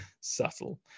Subtle